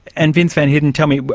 and vince van heerden, tell me,